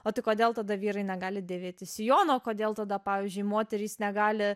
o tai kodėl tada vyrai negali dėvėti sijono o kodėl tada pavyzdžiui moterys negali